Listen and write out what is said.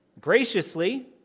Graciously